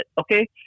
Okay